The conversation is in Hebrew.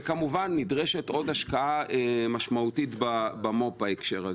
כמובן שנדרשת עוד השקעה משמעותית במו"פ בהקשר הזה.